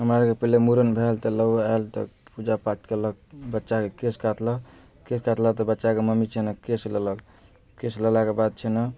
हमरा आरके पहिले मुड़न भेल तऽ नउआ आएल तऽ पूजा पाठ कयलक बच्चाके केश काटलक केश काटलक तऽ बच्चाके मम्मी छै ने केश लेलक केश लेलाके बाद छै ने